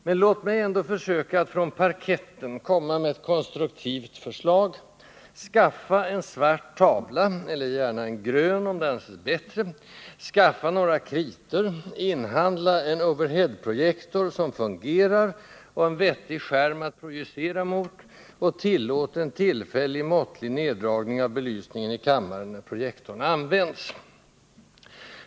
Men låt mig ändå försöka att från parketten komma med ett konstruktivt förslag: Skaffa en svart tavla, eller gärna en grön om det anses bättre, skaffa några kritor, inhandla en overheadprojektor som fungerar och en vettig skärm att projicera mot och tillåt en tillfällig, måttlig neddragning av belysningen i kammaren, när projektorn används.